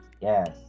yes